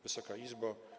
Wysoka Izbo!